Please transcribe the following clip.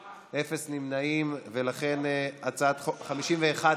אפס נמנעים, 51 נגד,